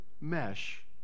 mesh